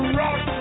rock